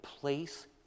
place